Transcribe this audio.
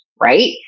Right